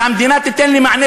כשהמדינה תיתן לי מענה,